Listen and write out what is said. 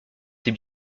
ses